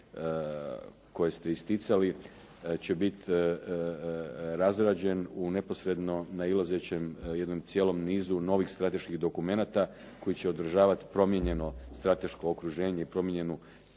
koje ste isticali će biti razrađen u neposredno nailazećem jednom cijelom nizu novih strateških dokumenata koji će održavati promijenjeno strateško okruženje, promijenjenu